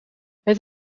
het